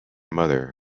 mother